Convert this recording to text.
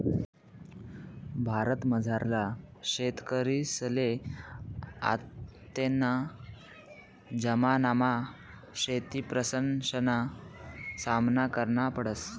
भारतमझारला शेतकरीसले आत्तेना जमानामा शेतीप्रश्नसना सामना करना पडस